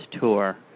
tour